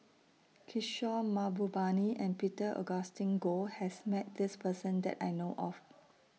Kishore Mahbubani and Peter Augustine Goh has Met This Person that I know of